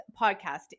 podcast